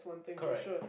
correct